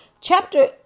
chapter